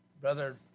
Brother